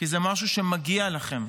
כי זה משהו שמגיע לכם.